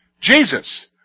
Jesus